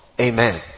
amen